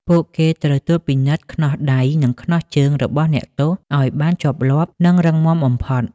ពួកគេត្រូវត្រួតពិនិត្យខ្នោះដៃ និងខ្នោះជើងរបស់អ្នកទោសឱ្យបានជាប់លាប់ និងរឹងមាំបំផុត។